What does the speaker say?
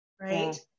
right